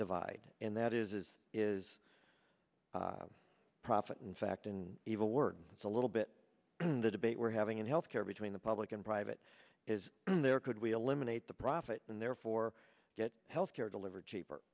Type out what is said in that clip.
divide and that is is is prophet in fact in evil work it's a little bit in the debate we're having in health care between the public and private is there could we eliminate the profit and therefore get health care delivered cheaper